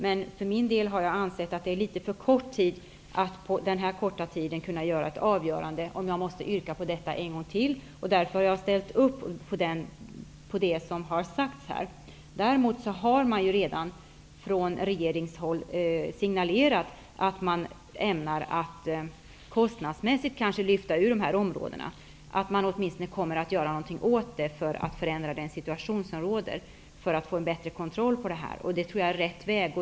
Jag har emellertid för min del ansett att det har gått för kort tid för att kunna komma fram till ett avgörande om jag måste yrka på detta en gång till. Därför har jag ställt mig bakom det som har sagts här. Däremot har man redan från regeringen signalerat att man ämnar att kostnadsmässigt kanske lyfta ut dessa områden, att man åtminstone kommer att göra något åt det för att förändra rådande situation för att få en bättre kontroll över detta. Det tror jag är rätt väg.